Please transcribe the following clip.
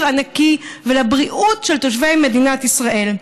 הנקי ולבריאות של תושבי מדינת ישראל.